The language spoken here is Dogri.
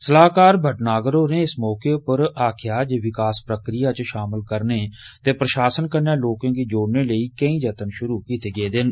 सलाहकार भटनागर होरें इस मौके पर बोलदे होई आक्खेआ जे विकास प्रक्रिया च शामल करने ते प्रशासन कन्नै लोकें गी जोड़ने लेई नेकां जतन शुरू कीते गे न